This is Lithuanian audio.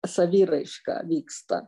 saviraiška vyksta